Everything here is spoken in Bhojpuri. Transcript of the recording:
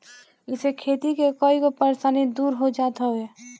इसे खेती के कईगो परेशानी दूर हो जात हवे